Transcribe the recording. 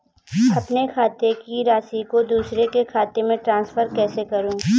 अपने खाते की राशि को दूसरे के खाते में ट्रांसफर कैसे करूँ?